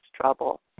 trouble